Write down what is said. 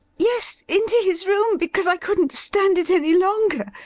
yes, into his room, because i couldn't stand it any longer.